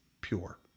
pure